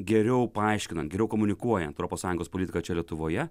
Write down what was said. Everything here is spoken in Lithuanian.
geriau paaiškina geriau komunikuoja apie europos sąjungos politiką čia lietuvoje